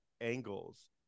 angles